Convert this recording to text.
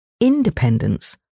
independence